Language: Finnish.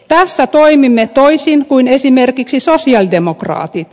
tässä toimimme toisin kuin esimerkiksi sosialidemokraatit